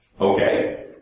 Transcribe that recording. Okay